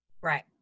right